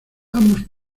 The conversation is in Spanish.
ambos